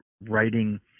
writing